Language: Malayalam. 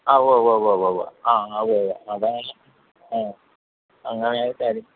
ആ ഉവ്വ് ഉവ്വ് ഉവ്വ് ഉവ്വ് ഉവ്വ് ആ അതെ അതെ അതാണ് ആ അങ്ങനെ ആയി കാര്യം